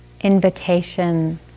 invitation